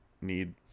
need